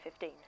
2015